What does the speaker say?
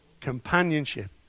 Companionship